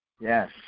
yes